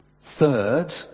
Third